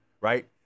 right